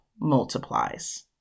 multiplies